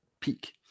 peak